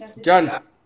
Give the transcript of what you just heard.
John